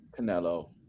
Canelo